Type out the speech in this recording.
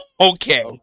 Okay